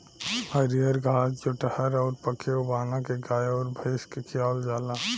हरिअर घास जुठहर अउर पखेव बाना के गाय अउर भइस के खियावल जाला